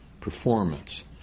performance